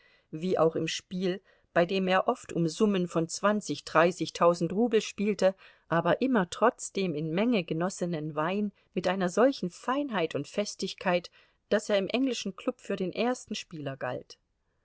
wie auch im spiel bei dem er oft um summen von zwanzig dreißigtausend rubel spielte aber immer trotz dem in menge genossenen wein mit einer solchen feinheit und festigkeit daß er im englischen klub für den ersten spieler galt